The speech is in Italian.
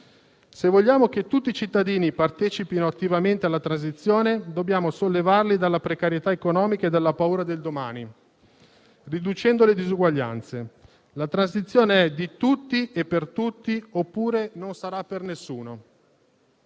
Se vogliamo che tutti i cittadini vi partecipino attivamente, dobbiamo sollevarli dalla precarietà economica e dalla paura del domani, riducendo le disuguaglianze. La transizione è di tutti e per tutti, oppure non sarà per nessuno.